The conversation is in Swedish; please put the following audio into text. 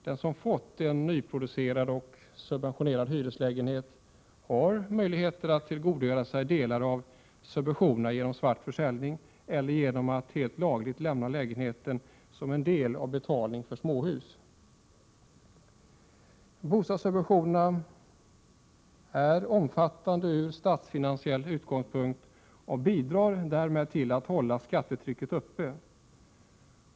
Den som fått en nyproducerad och subventionerad hyreslägenhet har möjligheter att tillgodogöra sig delar av subventionen genom svart försäljning eller genom att helt lagligt lämna lägenheten som en del av betalningen för ett småhus. Bostadssubventionerna är omfattande ur statsfinansiell synpunkt och bidrar därmed till att hålla skattetrycket uppe.